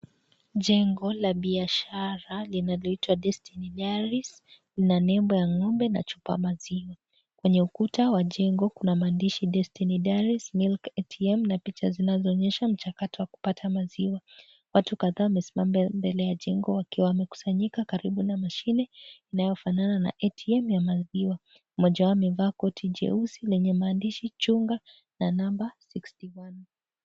Jengo la biashara linaloitwa Destiny diaries na nembo ya ngombe na chupa ya maziwa . Kwenye ukuta wa jengo kuna maandishi destiny diaries milk ATM na picha zinazoonyesha mchakato wa kuapata maziwa. Watu kadhaa wamesimama mbele ya jengo wakiwa wamekusanyika karibu na mashine inayofanana na ATM ya maziwa. Moja wao amevaa koti jeusi lenye maandishi chunga na namba 61.